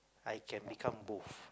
I can become both